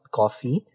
coffee